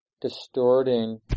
distorting